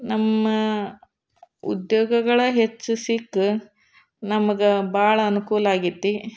ನಮ್ಮ ಉದ್ಯೋಗಗಳು ಹೆಚ್ಚು ಸಿಕ್ಕ ನಮ್ಗೆ ಭಾಳ ಅನುಕೂಲ ಆಗ್ಯೈತಿ